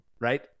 right